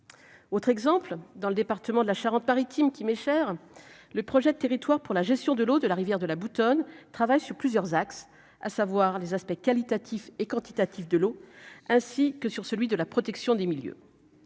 autre exemple dans le département de la Charente-Maritime qui m'est cher, le projet de territoire pour la gestion de l'eau de la rivière de la boutonnent travaille sur plusieurs axes, à savoir les aspects qualitatifs et quantitatifs de l'eau ainsi que sur celui de la protection des milieux